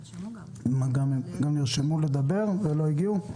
הם גם נרשמו לדבר ולא הגיעו.